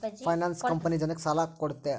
finance company ಜನಕ್ಕ ಸಾಲ ಕೊಡುತ್ತೆ